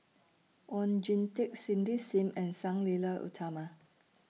Oon Jin Teik Cindy SIM and Sang Nila Utama